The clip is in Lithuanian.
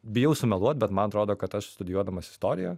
bijau sumeluot bet man atrodo kad aš studijuodamas istoriją